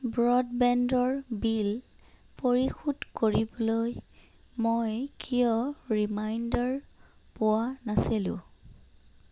ব্ৰ'ডবেণ্ডৰ bill পৰিশোধ কৰিবলৈ মই কিয় ৰিমাইণ্ডাৰ পোৱা নাছিলোঁ